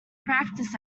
practise